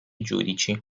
giudici